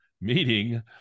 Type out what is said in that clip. meeting